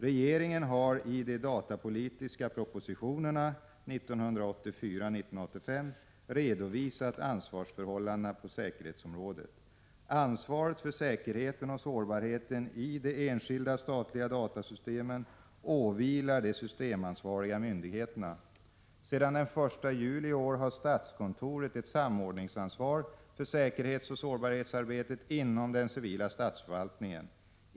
Regeringen har i de datapolitiska propositionerna 1984/85 redovisat ansvarsförhållandena på säkerhetsområdet. Ansvaret för säkerheten och sårbarheten i de enskilda statliga datasystemen åvilar de systemansvariga myndigheterna. Sedan den 1 juli i år har statskontoret ett samordningsansvar för säkerhetsoch sårbarhetsarbetet inom den civila statsförvaltningen.